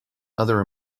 other